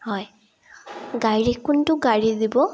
হয় গাড়ী কোনটো গাড়ী দিব